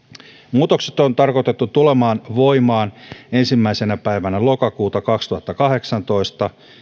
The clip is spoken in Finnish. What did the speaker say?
muutokset on tarkoitettu tulemaan voimaan ensimmäisenä päivänä lokakuuta kaksituhattakahdeksantoista